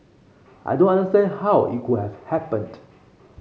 I don't understand how it could have happened